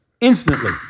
Instantly